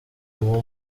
uwo